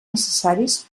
necessaris